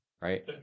Right